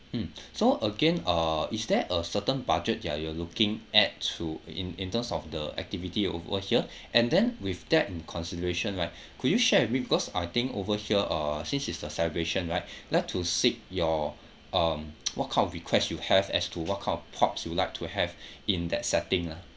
mm so again uh is there a certain budget that you're looking at to in in terms of the activity over here and then with that in consideration right could you share because I think over here uh since it's a celebration right like to seek your um what kind of request you have as to what kind of props you like to have in that setting ah